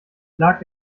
lag